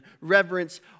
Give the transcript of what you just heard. reverence